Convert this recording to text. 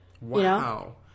Wow